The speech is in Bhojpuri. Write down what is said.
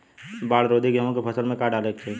बाढ़ रोधी गेहूँ के फसल में का डाले के चाही?